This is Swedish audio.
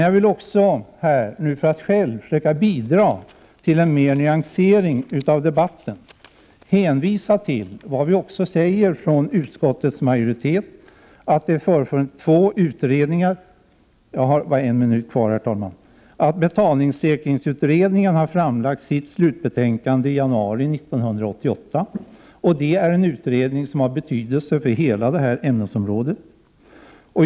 Jag vill också för att själv försöka bidra till en nyansering av debatten hänvisa till vad utskottsmajoriteten skriver om två utredningar, nämligen att betalningssäkringsutredningen framlade sitt slutbetänkande i januari 1988. Den utredningen har betydelse för hela detta ämnesområde.